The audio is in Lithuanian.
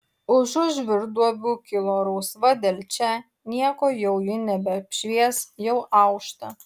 užu žvyrduobių kilo rausva delčia nieko jau ji nebeapšvies jau aušta